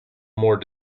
more